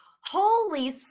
Holy